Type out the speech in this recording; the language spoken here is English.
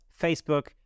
Facebook